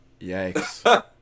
Yikes